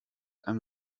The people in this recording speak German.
einem